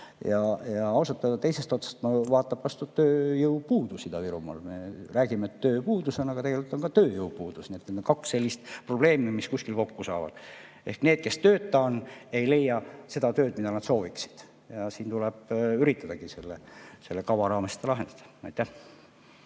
Ja ausalt öelda teisest otsast vaatab vastu tööjõupuudus Ida-Virumaal. Me räägime, et tööpuudus on, aga tegelikult on ka tööjõupuudus. Need on kaks sellist probleemi, mis kuskil kokku saavad. Ehk need, kes on tööta, ei leia seda tööd, mida nad sooviksid. Ja siin tuleb üritada selle kava raames seda lahendada.